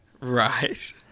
Right